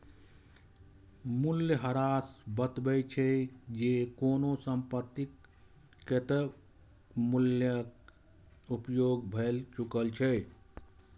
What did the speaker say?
मूल्यह्रास बतबै छै, जे कोनो संपत्तिक कतेक मूल्यक उपयोग भए चुकल छै